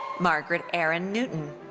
margaret erin newton.